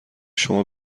شما